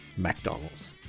McDonalds